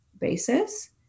basis